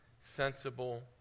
sensible